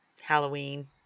Halloween